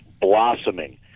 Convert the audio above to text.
Blossoming